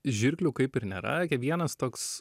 žirklių kaip ir nėra vienas toks